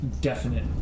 Definite